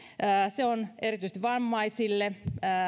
se on erityisesti vammaisille